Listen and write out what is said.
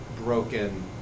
broken